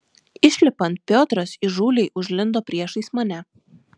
išlipant piotras įžūliai užlindo priešais mane